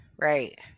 right